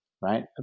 right